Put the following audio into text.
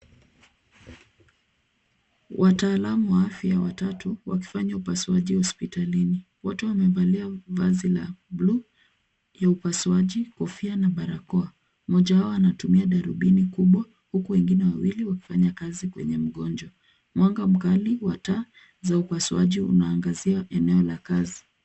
Wataalamu wa afya watatu, wakifanya upasuaji hospitalini. Wote wamevalia vazi la bluu, ya upasuaji, kofia, na barakoa. Mmoja wao anatumia darubini kubwa, huku wengine wawili wakifanya kazi kwenye mgonjwa. Mwanga mkali, wa taa, za upasuaji unaangazia eneo la kazi.